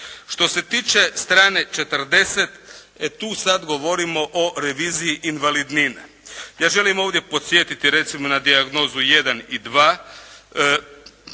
Što se tiče strane 40 tu sada govorimo o reviziji invalidnina. Ja želim ovdje podsjetiti recimo na dijagnozu 1 i 2.